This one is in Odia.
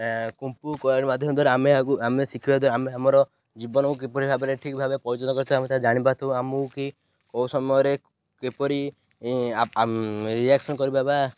କୁମ୍ପୁ ମାଧ୍ୟମ ଦ୍ୱାରା ଆମେ ଆକୁ ଆମେ ଶିଖିବା ଦ ଆମେ ଆମର ଜୀବନକୁ କିପରି ଭାବରେ ଠିକ୍ ଭାବେ ପରିଚାଳିତ କରିଥାଉ ଆମେ ତା ଜାଣିପାରିଥାଉ ଆମକୁ କି କେଉଁ ସମୟରେ କିପରି ରିଆକ୍ସନ କରିଥାଉ